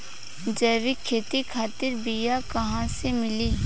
जैविक खेती खातिर बीया कहाँसे मिली?